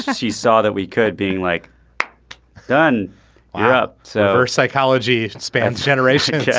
she saw that we could being like done up so our psychology spans generations yeah